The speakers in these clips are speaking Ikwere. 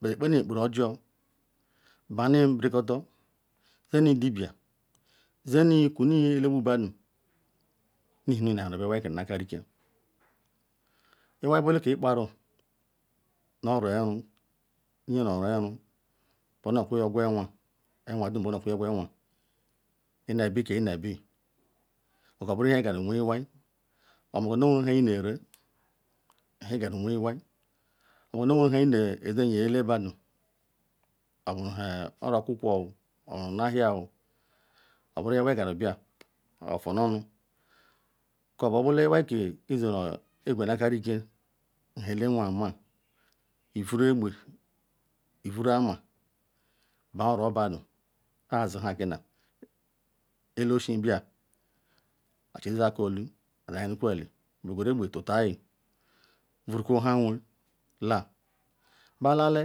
beye kpeni ekperi ojor bani nberikotor zini dibia zini kuni eleqbu badu nu ihe nu inahiabe iwaiken naka nkem iwai bula ki ikparu nu orueru nye nuorueru bena okuyi ogwu onwa onwa dum bena okuyi oqwu onwa enebike enebi okoberi nu ha igaru wen iwai ma obukor nu oweru nhe inere bu henigakumu wen iwai mobu nu oweru nhe ineji eyea elebadu hu-oro-okwu kwo hu-nahua oo oberi ha iwai qaru bia ofu-nu-onu kobu obune iwaike iqwe na-akarike nu ha ekewan ama evuru egbe ivuru ama baa oro badu ke azi ka gina ele-oshen bia achalizor aka olu ayikwo eli beqweru egbe tutayi vurukwu nha awan ea be lale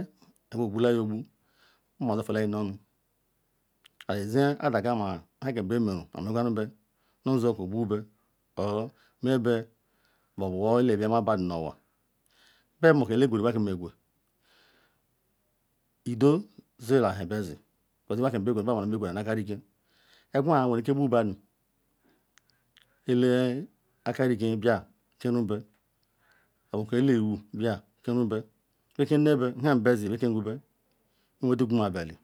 nu nha beqbulayi oqbu nkpema so tuniyi onu amazi yadaga ma nhaken bemeru ma ame qwaru be nu woke oqbube or mebe bewor elo yomebadu nu onwa, beqbumuko eloke qweru iwai eqwe lolo zila nu nhe bazi because iwai kam beqwuru bema nu beqweru nu akarike, eqwa werike gbu badu, ele akarike bia kerube moiko ele-iwu bia kerube bekerube nu nhe bezi bekekwbe iwe-dugumabe eli